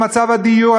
על מצב הדיור,